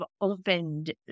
opened